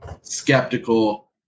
skeptical